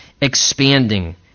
expanding